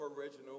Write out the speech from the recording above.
original